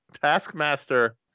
Taskmaster